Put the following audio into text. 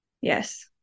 Yes